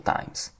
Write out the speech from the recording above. Times